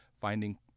finding